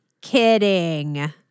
kidding